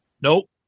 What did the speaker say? Nope